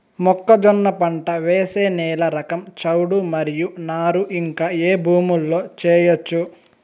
మొక్కజొన్న పంట వేసే నేల రకం చౌడు మరియు నారు ఇంకా ఏ భూముల్లో చేయొచ్చు?